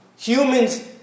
Humans